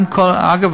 אגב,